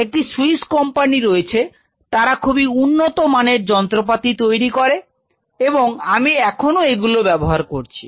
একটি Swiss company রয়েছে তারা খুবই উন্নত মানের যন্ত্রপাতি তৈরি করে এবং আমি এখনো এগুলো ব্যবহার করছি